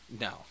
No